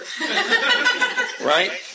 Right